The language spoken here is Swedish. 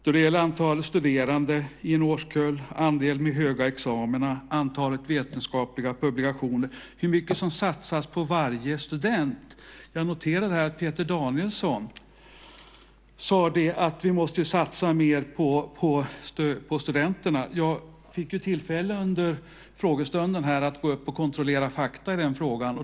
Det gäller antalet studerande i en årskull, andelen med höga examina, antalet vetenskapliga publikationer och hur mycket som satsas på varje student. Jag noterade här att Peter Danielsson sade att vi måste satsa mer på studenterna. Under frågestunden fick jag tillfälle att gå upp och kontrollera fakta i den frågan.